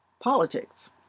politics